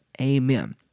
amen